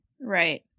Right